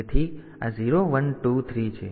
તેથી આ 0 1 2 3 છે